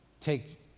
take